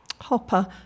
Hopper